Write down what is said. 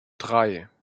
drei